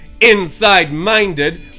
inside-minded